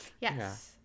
Yes